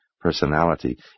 personality